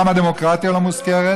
גם הדמוקרטיה לא מוזכרת,